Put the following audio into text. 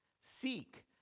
seek